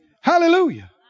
Hallelujah